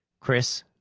chris,